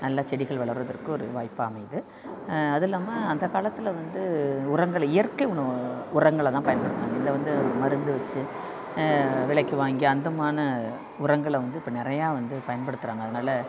நல்லா செடிகள் வளர்கிறதுக்கு ஒரு வாய்ப்பாக அமையுது அதில்லாமல் அந்தக் காலத்தில் வந்து உரங்கள் இயற்கை உர உரங்களை தான் பயன்படுத்தினாங்க இங்கே வந்து மருந்து வச்சு விலைக்கு வாங்கி அந்தமான உரங்களை வந்து இப்போ நிறைய வந்து பயன்படுத்துகிறாங்க அதனால்